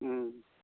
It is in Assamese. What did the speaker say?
ও